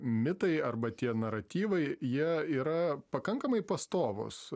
mitai arba tie naratyvai jie yra pakankamai pastovūs